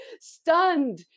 stunned